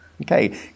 Okay